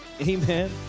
Amen